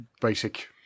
basic